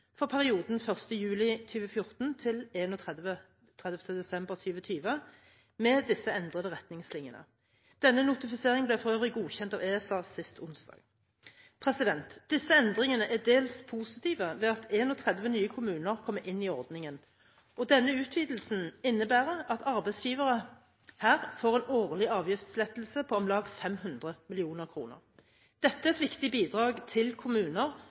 for perioden 1. juli 2014 til 31. desember 2020 med disse endrede retningslinjene. Denne notifiseringen ble for øvrig godkjent av ESA sist onsdag. Disse endringene er dels positive ved at 31 nye kommuner kommer inn i ordningen, og denne utvidelsen innebærer at arbeidsgiverne her får en årlig avgiftslettelse på om lag 500 mill. kr. Dette er et viktig bidrag til kommuner